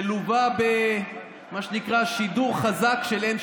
שלווה במה שנקרא שידור חזק של 12N,